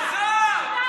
עזוב,